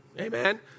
Amen